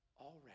already